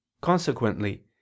Consequently